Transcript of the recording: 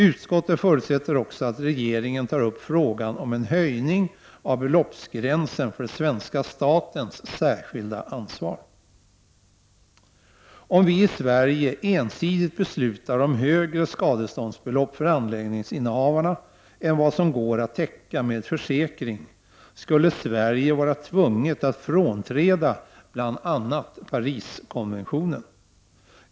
Utskottet förutsätter också att regeringen tar upp frågan om en höjning av beloppsgränsen för svenska statens särskilda ansvar. Om vi i Sverige ensidigt beslutar om högre skadeståndsbelopp för anläggningsinnehavarna än vad som går att täcka med försäkring, skulle Sverige vara tvunget att frånträda bl.a. Pariskonventionen.